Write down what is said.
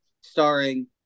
starring